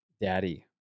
Daddy